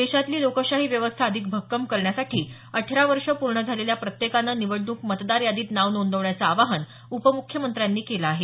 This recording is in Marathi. देशातली लोकशाही व्यवस्था अधिक भक्कम करण्यासाठी अठरा वर्षे पूर्ण झालेल्या प्रत्येकाने निवडणूक मतदार यादीत नाव नोंदवण्याचं आवाहन उपम्ख्यमंत्र्यांनी केलं आहे